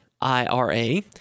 IRA